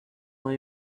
más